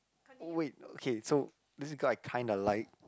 wait okay so this girl I kinda like